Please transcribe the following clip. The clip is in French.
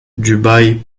dubaï